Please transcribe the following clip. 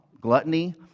gluttony